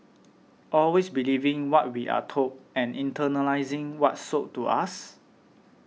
always believing what we are told and internalising what's sold to us